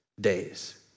days